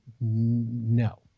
no